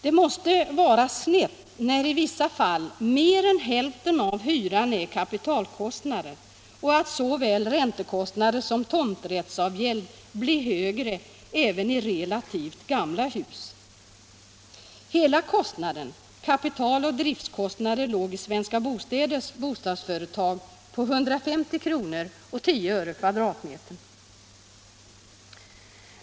Det måste vara snett när i vissa fall mer än hälften av hyran är kapitalkostnader och när såväl räntekostnader som tomträttsavgäld blir högre även i relativt gamla hus. Hela kostnaden för kapital och driftutgifter låg i Svenska Bostäders bostadsföretag på 150:10 kr. per kvadratmeter.